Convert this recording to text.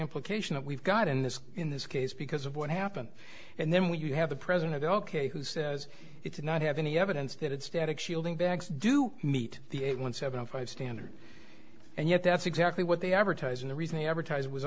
implication that we've got in this in this case because of what happened and then when you have the president ok who says it did not have any evidence did static shielding banks do meet the eight one seven five standard and yet that's exactly what they advertise and the reason they advertise it was